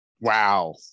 wow